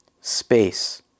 Space